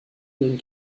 ihren